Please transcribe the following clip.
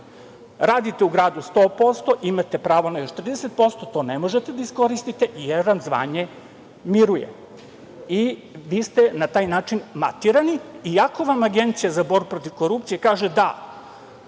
Radite u gradu 100%, imate pravo na još 30%, ali to ne možete da iskoristite jer vam zvanje miruje i vi ste na taj način matirani, iako vam Agencija za borbu protiv korupcije kaže -